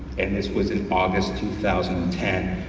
and this was august two thousand and ten,